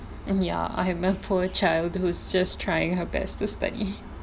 and ya I am a poor child who's just trying her best to study